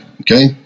Okay